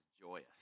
joyous